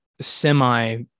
semi